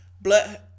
Blood